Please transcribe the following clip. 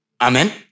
Amen